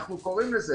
אנחנו קוראים לזה,